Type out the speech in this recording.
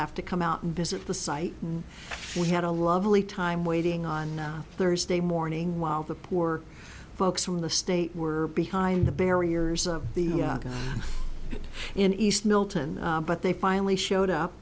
have to come out and visit the site we had a lovely time waiting on thursday morning while the poor folks from the state were behind the barriers of the in east milton but they finally showed up